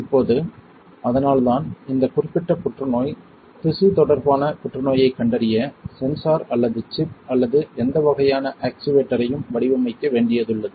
இப்போது அதனால்தான் இந்த குறிப்பிட்ட புற்றுநோய் திசு தொடர்பான புற்றுநோயைக் கண்டறிய சென்சார் அல்லது சிப் அல்லது எந்த வகையான ஆக்சுவேட்டரையும் வடிவமைக்க வேண்டியதுள்ளது